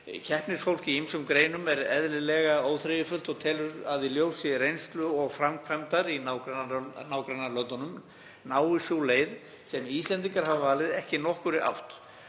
Keppnisfólk í ýmsum greinum er eðlilega óþreyjufullt og telur að í ljósi reynslu og framkvæmdar í nágrannalöndunum nái sú leið sem Íslendingar hafa valið ekki nokkurri átt